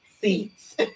seats